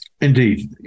Indeed